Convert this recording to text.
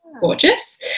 gorgeous